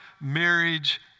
marriage